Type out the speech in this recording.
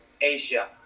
Asia